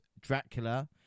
Dracula